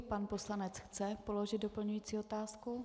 Pan poslanec chce položit doplňující otázku.